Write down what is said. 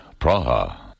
Praha